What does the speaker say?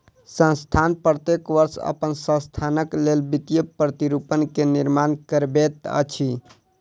संस्थान प्रत्येक वर्ष अपन संस्थानक लेल वित्तीय प्रतिरूपण के निर्माण करबैत अछि